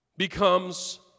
becomes